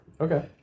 Okay